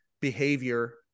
behavior